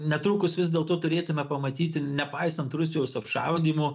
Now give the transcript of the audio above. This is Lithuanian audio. netrukus vis dėlto turėtume pamatyti nepaisant rusijos apšaudymų